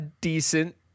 Decent